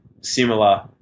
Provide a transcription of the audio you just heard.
similar